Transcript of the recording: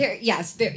Yes